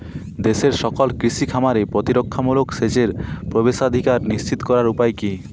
দেশের সকল কৃষি খামারে প্রতিরক্ষামূলক সেচের প্রবেশাধিকার নিশ্চিত করার উপায় কি?